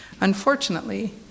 Unfortunately